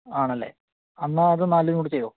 ആണല്ലേ എന്നാൽ അത് നാലുംകൂടെ ചെയ്തോ